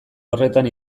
horretan